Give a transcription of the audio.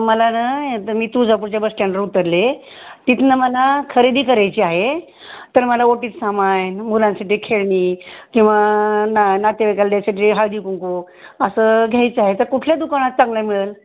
मलाना आता मी तुळजापूरच्या बस स्टँडवर उतरले तिथनं मला खरेदी करायची आहे तर मला ओटीचं सामान मुलांसाठी खेळणी किंवा ना नातेवाईकांना द्यासाठी हळदी कुंकू असं घ्यायचं आहे तर कुठल्या दुकानात चांगल्या मिळेल